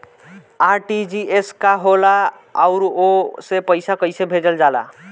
RTGS का होला आउरओ से पईसा कइसे भेजल जला?